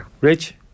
Rich